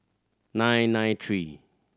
nine nine three